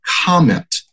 comment